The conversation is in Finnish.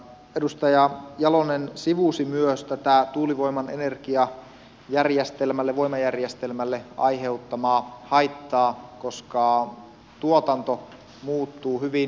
edustaja jalonen sivusi myös tätä tuulivoiman energiajärjestelmälle voimajärjestelmälle aiheuttamaa haittaa koska tuotanto muuttuu hyvin epävarmaksi